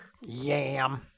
Yam